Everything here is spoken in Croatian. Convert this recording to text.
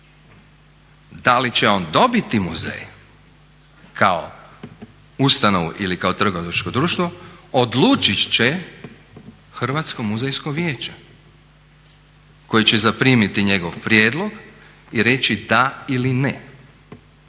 Da li će on dobiti muzej kao ustanovu ili kao trgovačko društvo odlučit će Hrvatsko muzejsko vijeće koje će zaprimiti njegov prijedlog i reći da ili ne.